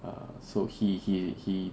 err so he he he